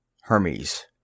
Hermes